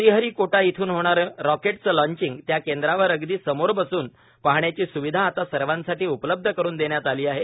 श्रीहरिकोटा इथून होणारं रॉकेटचं लॉचिंग त्या केंद्रावर अगदी समोर बसून पाहण्याची सुविधा आता सर्वांसाठी उपलब्ध करून देण्यात आली आहे